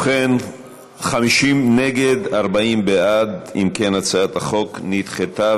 אם כן, הצעת החוק נדחתה.